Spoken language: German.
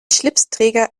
schlipsträger